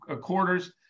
quarters